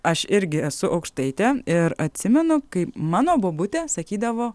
aš irgi esu aukštaitė ir atsimenu kai mano bobutė sakydavo